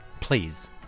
please